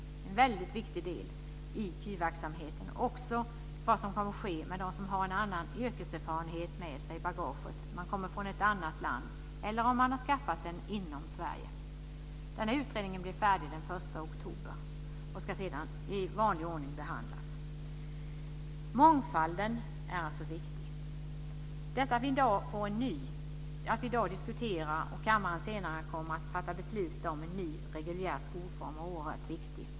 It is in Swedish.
Det är en väldigt viktig del i KY-verksamheten och handlar om vad som kommer att ske med dem som har en annan yrkeserfarenhet med sig i bagaget. Man kommer från ett annat land eller har skaffat den inom Sverige. Utredningen blir färdig den 1 oktober och ska sedan i vanlig ordning behandlas. Mångfalden är viktig. Att vi i dag diskuterar och kammaren senare kommer att fatta beslut om en ny reguljär skolform är oerhört viktigt.